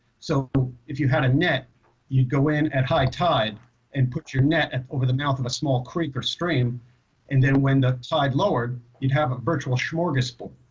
so if you had a net you'd go in at high tide and put your net over the mouth of a small creek or stream and then when the tide lowered you'd have a virtual shmorgaus board.